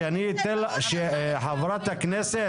חברת הכנסת,